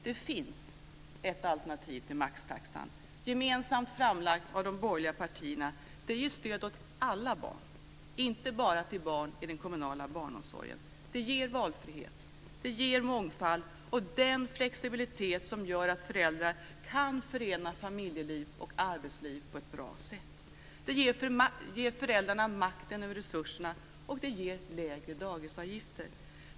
Det finns ett alternativ till maxtaxan, gemensamt framlagt av de borgerliga partierna. Det ger stöd till alla barn, inte bara till barn i den kommunala barnomsorgen. Det ger valfrihet, mångfald och den flexibilitet som gör att föräldrar kan förena familjeliv och arbetsliv på ett bra sätt. Det ger föräldrarna makten över resurserna och lägre dagisavgifter.